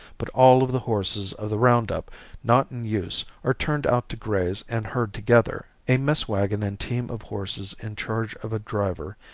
but all of the horses of the round-up not in use are turned out to graze and herd together. a mess wagon and team of horses in charge of a driver,